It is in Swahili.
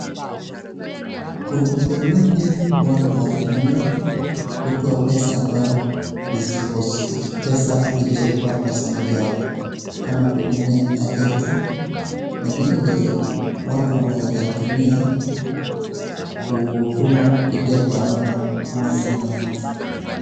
Kuna njia nyingi watu wanatumia kutoa pesa zilizokuwa kwa simu zao, kama kutumia agedi na vile vile watu wanaeza tumia kutuma kupitia kwa namba kama send money .